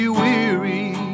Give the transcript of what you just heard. weary